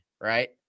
right